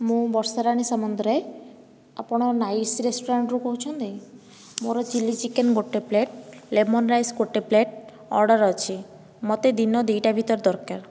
ମୁଁ ବର୍ଷାରାଣୀ ସାମନ୍ତରାୟ ଆପଣ ନାଇସ ରେସ୍ତୋରାଁରୁ କହୁଛନ୍ତି ମୋର ଚିଲି ଚିକେନ ଗୋଟିଏ ପ୍ଲେଟ ଲେମନ ରାଇସ ଗୋଟିଏ ପ୍ଲେଟ ଅର୍ଡ଼ର ଅଛି ମୋତେ ଦିନ ଦୁଇଟା ଭିତରେ ଦରକାର